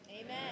Amen